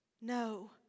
No